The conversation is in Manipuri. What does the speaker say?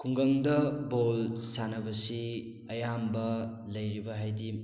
ꯈꯨꯡꯒꯪꯗ ꯕꯣꯜ ꯁꯥꯟꯅꯕꯁꯤ ꯑꯌꯥꯝꯕ ꯂꯩꯔꯤꯕ ꯍꯥꯏꯗꯤ